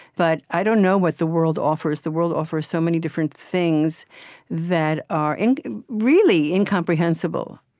but i don't know what the world offers. the world offers so many different things that are and really incomprehensible.